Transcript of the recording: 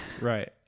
Right